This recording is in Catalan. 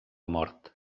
mort